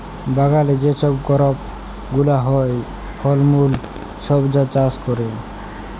বাগালে যে ছব করপ গুলা হ্যয়, ফল মূল ছব যা চাষ ক্যরে